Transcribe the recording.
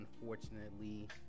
unfortunately